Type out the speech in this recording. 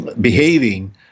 behaving